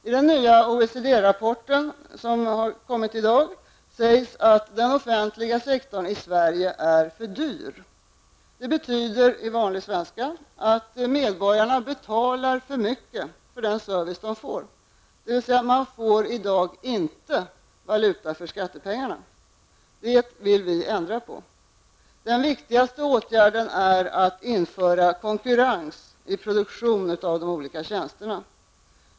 I den nya OECD-rapport som kom i dag sägs att den offentliga sektorn i Sverige är för dyr. Det betyder på vanlig svenska att medborgarna betalar för mycket för den service de får, dvs. i dag får de inte valuta för skattepengarna. Det vill vi ändra på. Den viktigaste åtgärden är att införa konkurrens i produktionen av de olika tjänsterna.